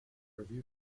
review